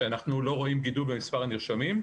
שאנחנו לא רואים גידול במספר הנרשמים,